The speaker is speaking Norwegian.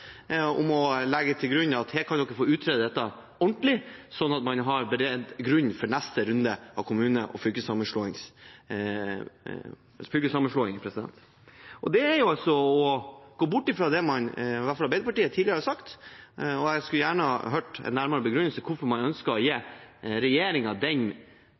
om å legge til grunn at dette skal man få utredet ordentlig, slik at man har beredt grunnen for neste runde av kommune- og fylkessammenslåing. Det er jo å gå bort fra det man – i hvert fall Arbeiderpartiet – tidligere har sagt. Og jeg skulle gjerne ha hørt en nærmere begrunnelse for hvorfor man ønsker å